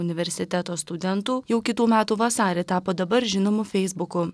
universiteto studentų jau kitų metų vasarį tapo dabar žinomu feisbuku